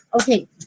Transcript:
okay